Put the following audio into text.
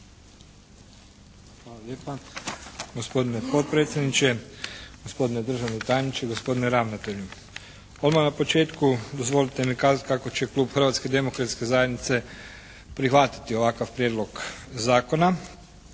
Hvala lijepa gospodine potpredsjedniče, gospodine državni tajniče, gospodine ravnatelju. Odmah na početku dozvolite mi kazati kako će klub Hrvatske demokratske zajednice prihvatiti ovakav Prijedlog Zakona